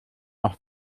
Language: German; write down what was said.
auch